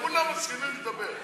כולם מסכימים שתדבר.